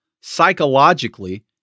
Psychologically